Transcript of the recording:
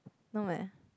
no eh